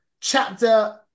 chapter